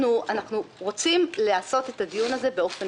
אנחנו גם בכנסת הזו התחלנו בערך בדיון השני או השלישי לעסוק בנוהל.